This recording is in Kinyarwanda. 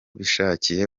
bishakiye